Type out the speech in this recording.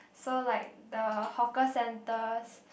so like the hawker centers